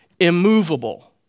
immovable